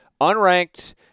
Unranked